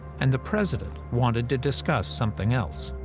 and the president wanted to discuss something else.